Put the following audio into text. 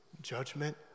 judgment